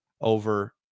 over